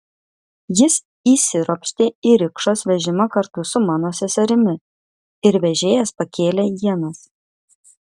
jis įsiropštė į rikšos vežimą kartu su mano seserimi ir vežėjas pakėlė ienas